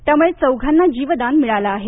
त्यामुळे चौघांना जीवदान मिळालं आहे